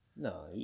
No